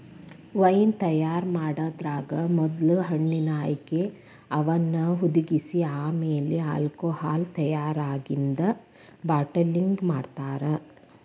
wine ತಯಾರ್ ಮಾಡೋದ್ರಾಗ ಮೊದ್ಲ ಹಣ್ಣಿನ ಆಯ್ಕೆ, ಅವನ್ನ ಹುದಿಗಿಸಿ ಆಮೇಲೆ ಆಲ್ಕೋಹಾಲ್ ತಯಾರಾಗಿಂದ ಬಾಟಲಿಂಗ್ ಮಾಡ್ತಾರ